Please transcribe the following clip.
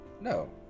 No